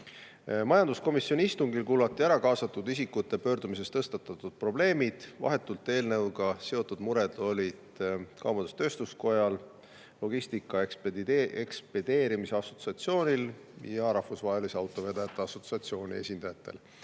Majanduskomisjoni istungil kuulati ära kaasatud isikute pöördumistes tõstatatud probleemid. Vahetult eelnõuga seotud mured olid kaubandus-tööstuskoja, logistika ja ekspedeerimise assotsiatsiooni ning rahvusvaheliste autovedajate assotsiatsiooni esindajatel.